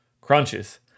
crunches